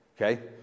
Okay